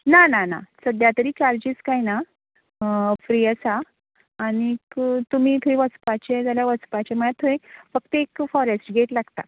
ना ना ना सद्याक तरी चार्जिस काय ना फ्री आसा आनी तुमी थंय वचपाचे जाल्यारवचपाचे म्हळ्यार थंय फक्त एक फोरेस्ट गेट लागता